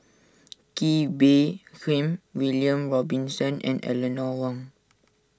Kee Bee Khim William Robinson and Eleanor Wong